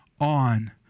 on